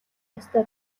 ёстой